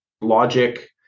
logic